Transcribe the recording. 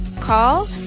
call